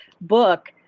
book